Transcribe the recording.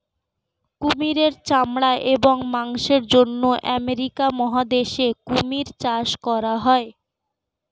কুমিরের চামড়া এবং মাংসের জন্য আমেরিকা মহাদেশে কুমির চাষ করা হয়